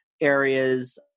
areas